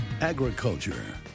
Agriculture